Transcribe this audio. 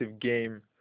game